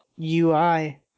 ui